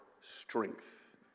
strength